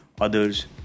others